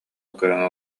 көрөн